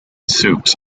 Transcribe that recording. soups